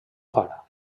far